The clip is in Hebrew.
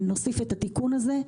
שנוסיף את התיקון הזה,